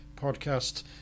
podcast